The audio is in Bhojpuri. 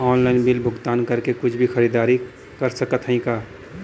ऑनलाइन बिल भुगतान करके कुछ भी खरीदारी कर सकत हई का?